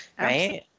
right